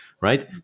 right